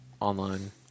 online